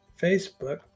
facebook